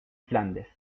flandes